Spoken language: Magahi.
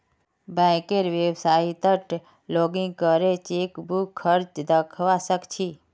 बैंकेर वेबसाइतट लॉगिन करे चेकबुक खर्च दखवा स ख छि